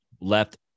Left